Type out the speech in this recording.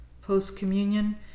Post-communion